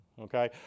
okay